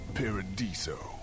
Paradiso